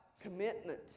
commitment